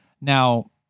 Now